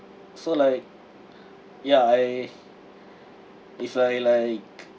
so like ya I if I like